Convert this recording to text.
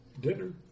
dinner